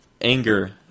anger